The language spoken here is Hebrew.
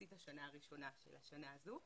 מחצית השנה הראשונה של השנה הזו.